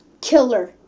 killer